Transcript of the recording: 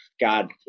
God